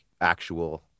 actual